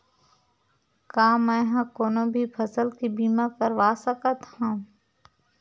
का मै ह कोनो भी फसल के बीमा करवा सकत हव?